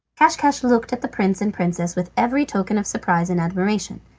caschcasch looked at the prince and princess with every token of surprise and admiration.